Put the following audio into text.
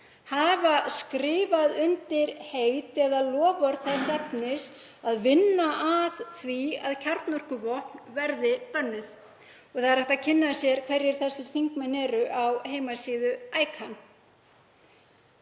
hafa skrifað undir heit eða loforð þess efnis að vinna að því að kjarnorkuvopn verði bönnuð. Það er hægt að kynna sér hverjir þessir þingmenn eru á heimasíðu ICAN.